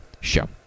show